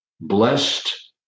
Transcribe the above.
Blessed